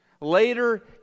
Later